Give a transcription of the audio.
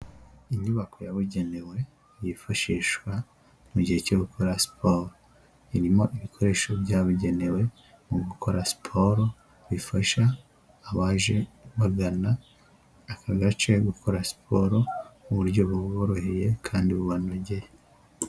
Inyubako yabugenewe yifashishwa mu gihe cyo gukora siporo, irimo ibikoresho byabugenewe mu gukora siporo bifasha abaje bagana aka gace gukora siporo mu buryo buboroheye kandi bubanogeye.